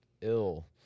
ill